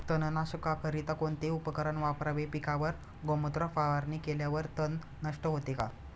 तणनाशकाकरिता कोणते उपकरण वापरावे? पिकावर गोमूत्र फवारणी केल्यावर तण नष्ट होते का?